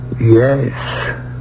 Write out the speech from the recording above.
yes